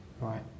Right